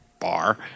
bar